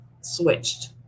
switched